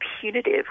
punitive